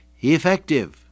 effective